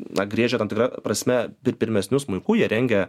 na griežia tam tikra prasme pirmesniu smuiku jie rengia